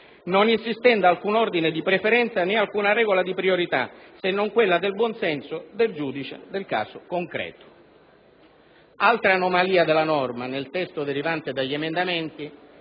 non esistendo alcun ordine di preferenza né alcuna regola di priorità, se non quella del buon senso del giudice del caso concreto. Altra anomalia della norma nel testo derivante dagli emendamenti